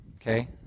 Okay